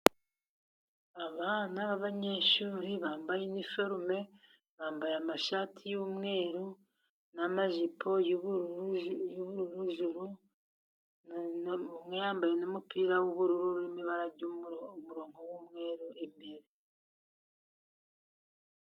Abana b'abanyeshuri bambaye iniforume bambaye amashati y'umweru n'amajipo y'ubururu hejuru. Umwe yambaye n'umupira w'ubururu urimo ibara ry'umurongo w'umweru imbere.